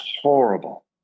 horrible